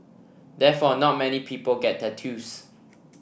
therefore not many people get tattoos